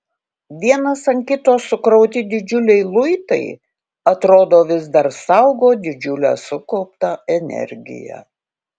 vienas ant kito sukrauti didžiuliai luitai atrodo vis dar saugo didžiulę sukauptą energiją